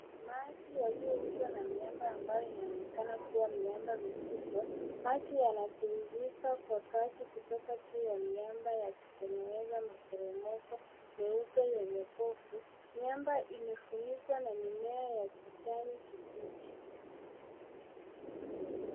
Maji yaliyoundwa na miamba ambayo inaonekana kuwa miamba mikubwa. Maji yanatiririka kwa kasi kutoka juu ya miamba, yakitengeneza maporomoko meupe yenye povu. Miamba imefunikwa na mimea ya kijani kibichi.